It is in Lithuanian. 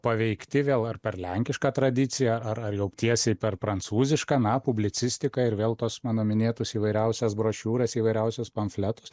paveikti vėl ar per lenkišką tradiciją ar ar jau tiesiai per prancūzišką na publicistiką ir vėl tos mano minėtus įvairiausias brošiūras įvairiausius pamfletus